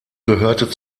gehörte